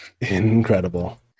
Incredible